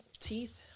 Teeth